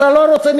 אתה לא רוצה,